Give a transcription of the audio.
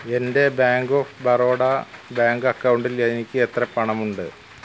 എന്റെ bank of Baroda bank അക്കൗണ്ടിൽ എനിക്ക് എത്ര പണമുണ്ട്